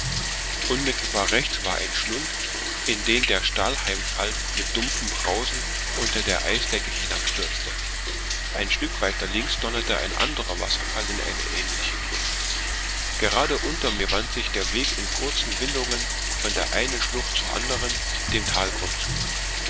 unmittelbar rechts war ein schlund in den der stahlheimfall mit dumpfem brausen unter der eisdecke hinabstürzte ein stück weiter links donnerte ein anderer wasserfall in eine ähnliche kluft gerade unter mir wand sich der weg in kurzen windungen von der einen schlucht zur anderen dem talgrund zu